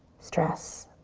stress.